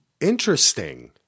Interesting